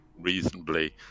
reasonably